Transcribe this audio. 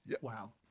Wow